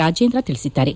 ರಾಜೇಂದ್ರ ತಿಳಿಸಿದ್ದಾರೆ